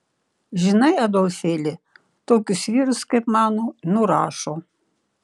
žinai adolfėli tokius vyrus kaip mano nurašo